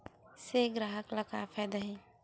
से ग्राहक ला का फ़ायदा हे?